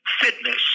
fitness